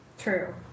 True